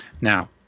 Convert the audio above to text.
Now